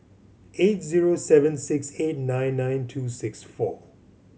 eight zero seven six eight nine nine two six four